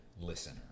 listener